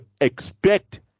expect